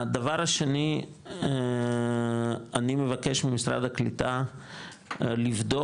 הדבר השני, אני מבקש ממשרד הקליטה לבדוק